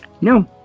No